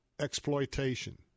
Exploitation